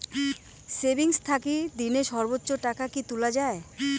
Savings থাকি দিনে সর্বোচ্চ টাকা কি তুলা য়ায়?